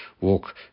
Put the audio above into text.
walk